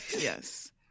Yes